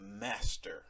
master